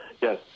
Yes